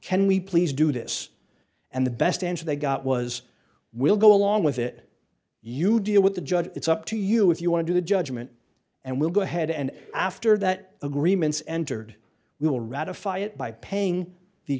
can we please do this and the best answer they got was we'll go along with it you deal with the judge it's up to you if you want to do the judgment and we'll go ahead and after that agreements entered we will ratify it by paying the